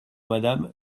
madame